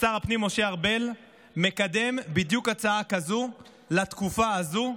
שר הפנים משה ארבל מקדם בדיוק הצעה כזו לתקופה הזו,